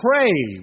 pray